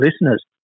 listeners